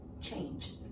change